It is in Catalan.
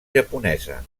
japonesa